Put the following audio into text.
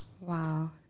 Wow